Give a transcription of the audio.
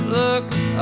looks